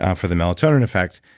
ah for the melatonin effect.